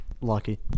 Lucky